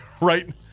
right